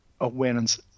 awareness